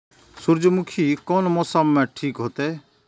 सूर्यमुखी कोन मौसम में ठीक होते?